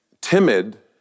timid